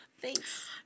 Thanks